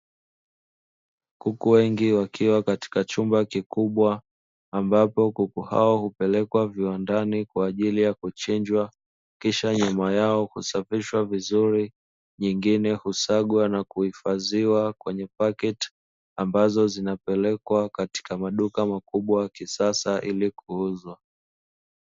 Kuku wengi wakiwa katika chumba kikubwa, ambapo kuku hao hupelekwa viwandani kwa ajili ya kuchinjwa, kisha nyama yao kusafishwa vizuri, nyingine husagwa na kuhifadhiwa kwenye paketi ambazo zinapelekwa katika maduka makubwa ya kisasa ili kuuzwa.